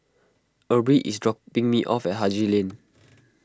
Erby is dropping me off at Haji Lane